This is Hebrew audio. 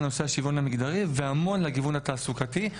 נושא השוויון המגזרי והמון לגיוון התעסוקתי.